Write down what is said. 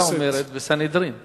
הגמרא בסנהדרין אומרת: